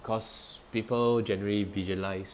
cause people generally visualise